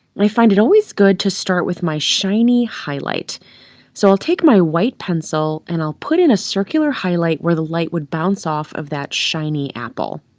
find it always good to start with my shiny highlight so i'll take my white pencil and i'll put in a circular highlight where the light would bounce off of that shiny apple